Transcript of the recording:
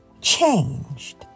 changed